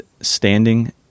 standing